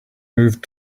moved